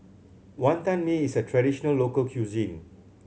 Wonton Mee is a traditional local cuisine